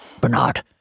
Bernard